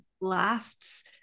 lasts